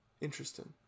interesting